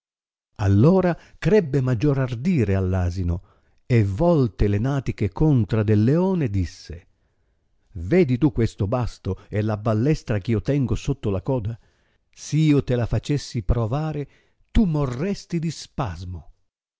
ora crebbe maggior ardire all'asino e volte le natiche contra del leone disse vedi tu questo basto e la ballestra ch'io tengo sotto la coda s'io te la facessi provare tu morresti di spasmo